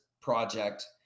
project